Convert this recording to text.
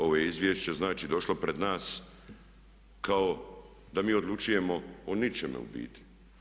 Ovo je izvješće znači došlo pred nas kao da mi odlučujemo o ničemu u biti.